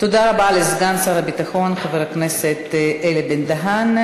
תודה רבה לסגן שר הביטחון חבר הכנסת אלי בן-דהן.